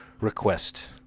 request